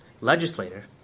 legislator